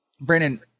Brandon